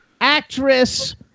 actress